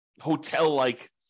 hotel-like